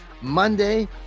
Monday